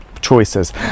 choices